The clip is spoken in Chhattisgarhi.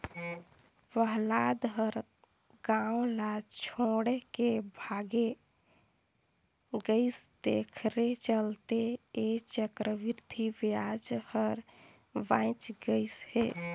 पहलाद ह गाव ल छोएड के भाएग गइस तेखरे चलते ऐ चक्रबृद्धि बियाज हर बांएच गइस हे